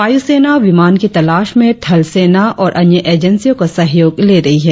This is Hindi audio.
वायुसेना विमान की तलाश में थल सेना और अन्य एजेंसियों का सहयोग ले रही है